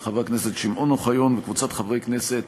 של חבר הכנסת שמעון אוחיון וקבוצת חברי הכנסת,